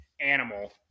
animal